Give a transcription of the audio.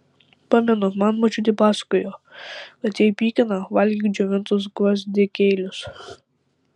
pamenu man močiutė pasakojo kad jei pykina valgyk džiovintus gvazdikėlius